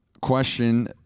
question